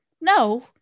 no